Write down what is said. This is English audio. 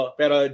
pero